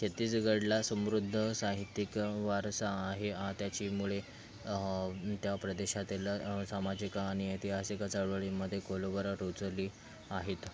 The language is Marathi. छत्तीसगढला समृद्ध साहित्यिक वारसा आहे त्याची मुळे त्या प्रदेशातील सामाजिक आणि ऐतिहासिक चळवळींमध्ये खोलवर रूजली आहेत